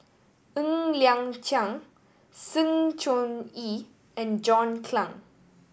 Ng Liang Chiang Sng Choon Yee and John Clang